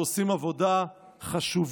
שעושים עבודה חשובה,